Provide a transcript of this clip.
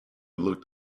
looked